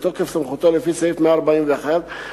בתוקף סמכותו לפי סעיף 141 לפקודה,